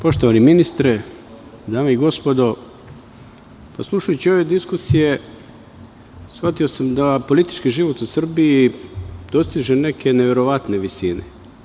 Poštovani ministre, dame i gospodo, slušajući ove diskusije shvatio sam da politički život u Srbiji dostiže neke neverovatne visine.